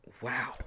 Wow